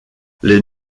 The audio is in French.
les